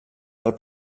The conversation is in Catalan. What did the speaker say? del